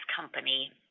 company